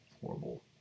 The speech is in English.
horrible